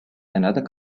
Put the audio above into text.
another